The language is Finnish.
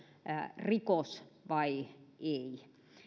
rikos vai ei